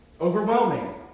overwhelming